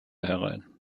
herein